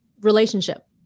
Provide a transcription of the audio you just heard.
relationship